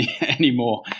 anymore